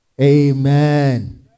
amen